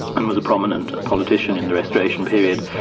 and was a prominent politician in the restoration period.